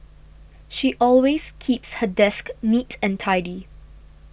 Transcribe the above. she always keeps her desk neat and tidy